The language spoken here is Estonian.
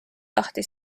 lahti